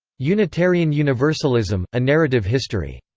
unitarian universalism a narrative history.